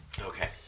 Okay